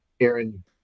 Aaron